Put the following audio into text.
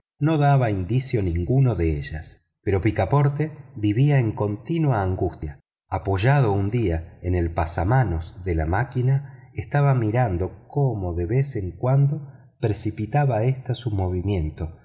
no daba indicio ninguno de ellas pero picaporte vivía en continua angustia apoyado un día en el pasamanos de la máquina estaba mirando cómo de vez en cuando precipitaba éste su movimiento